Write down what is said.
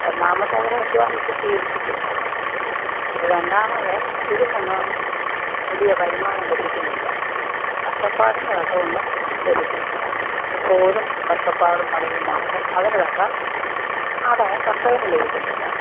ഒന്നാമതവര് അധ്വാനിച്ച് ശീലിച്ചിട്ടില്ല രണ്ടാമത് ഇതിൽനിന്നും വലിയ വരുമാനം ലഭിക്കുന്നില്ല കഷ്ടപ്പാടിനു തക്ക ഒന്നും ലഭിക്കുന്നില്ല എപ്പോഴും കഷ്ടപ്പാടും പണിയും മാത്രം അതിനുതക്ക ആദായം കർഷകനു ലഭിക്കുന്നില്ല